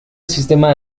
sistema